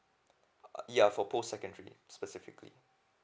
uh ya for post secondary specifically